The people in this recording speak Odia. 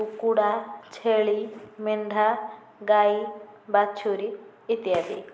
କୁକୁଡ଼ା ଛେଳି ମେଣ୍ଢା ଗାଈ ବାଛୁରି ଇତ୍ୟାଦି